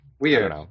weird